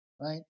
right